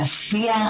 להשפיע,